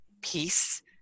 peace